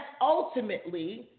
ultimately